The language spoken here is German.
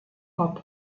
hop